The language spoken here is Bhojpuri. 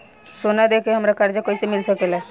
सोना दे के हमरा कर्जा कईसे मिल सकेला?